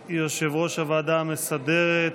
תודה ליושב-ראש הוועדה המסדרת.